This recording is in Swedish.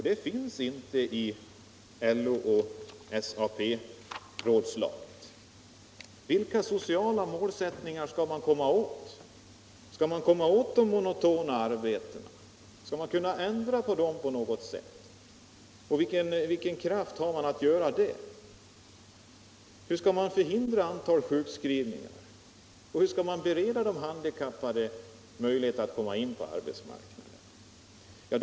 Därom finns ingenting i LO-SAF-förslaget. Vilka sociala målsättningar skall man t.ex. komma åt? Hur skall man komma åt de monotona arbetena? Hur skall man på något sätt kunna ändra på dem och vilken makt skall man få för att göra det? Hur skall man kunna förhindra antalet sjukskrivningar? Hur skall man bereda de handikappade möjlighet att komma in på arbetsmarknaden?